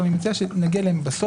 אבל אני מציע שנגיע אליהם בסוף.